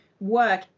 work